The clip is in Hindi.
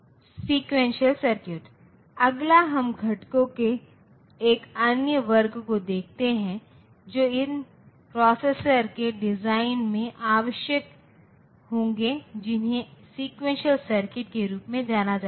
Sequential circuits सेक्विवेन्शन सर्किट्स अगला हम घटकों के एक अन्य वर्ग को देखते हैं जो इन प्रोसेसर के डिजाइन में आवश्यक होंगे जिन्हें सेक्विवेन्शन सर्किट्सके रूप में जाना जाता है